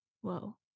Whoa